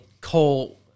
Cole